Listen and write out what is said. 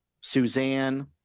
Suzanne